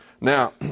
Now